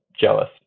jealous